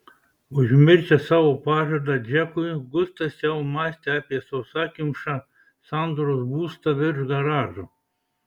užmiršęs savo pažadą džekui gustas jau mąstė apie sausakimšą sandros būstą virš garažo